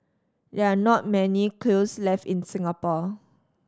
there are not many kilns left in Singapore